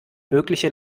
mögliche